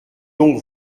donc